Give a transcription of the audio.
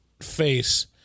face